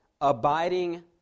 abiding